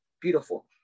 beautiful